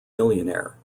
millionaire